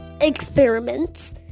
experiments